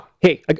Hey